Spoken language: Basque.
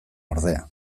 ordea